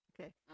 Okay